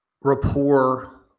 rapport